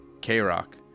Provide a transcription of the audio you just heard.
K-Rock